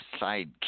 sidekick